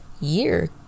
year